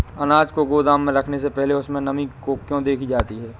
अनाज को गोदाम में रखने से पहले उसमें नमी को क्यो देखी जाती है?